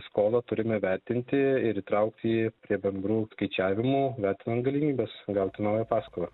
skolą turime vertinti ir įtraukti prie bendrų skaičiavimų vertinant galimybes gauti naują paskolą